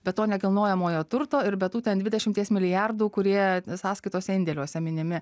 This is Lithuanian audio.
be to nekilnojamojo turto ir be tų ten dvidešimties milijardų kurie sąskaitose indėliuose minimi